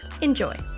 Enjoy